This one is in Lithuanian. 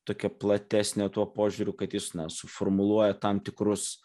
tokia platesnė tuo požiūriu kad jis suformuluoja tam tikrus